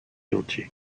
entier